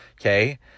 Okay